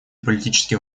политические